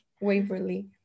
Waverly